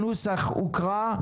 הנוסח הוקרא.